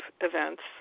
events